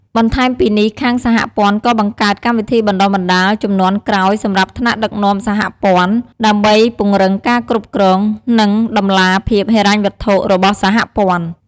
បន្ថែមពីនេះ ខាងសហព័ន្ធក៏បង្កើតកម្មវិធីបណ្ដុះបណ្ដាលជំនាន់ក្រោយសម្រាប់ថ្នាក់ដឹកនាំសហព័ន្ធ ដើម្បីពង្រឹងការគ្រប់គ្រង និងតម្លាភាពហិរញ្ញវត្ថុរបស់សហព័ន្ធ។។